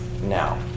now